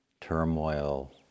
turmoil